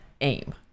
aim